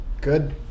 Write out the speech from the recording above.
good